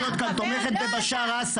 וגם את לא צריכה להיות כאן תומכת בבשאר אסד,